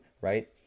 right